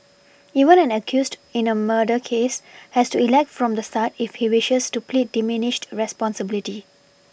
even an accused in a murder case has to elect from the start if he wishes to plead diminished responsibility